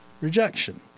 Rejection